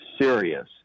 serious